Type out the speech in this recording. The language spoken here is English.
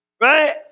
right